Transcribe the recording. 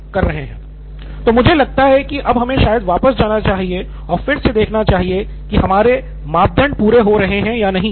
निथिन कुरियन तो मुझे लगता है कि अब हमें शायद वापस जाना चाहिए और फिर से देखना चाहिए कि हमारे मापदंड पूरे हो रहे है या नहीं